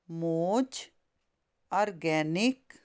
ਮੋਜ organic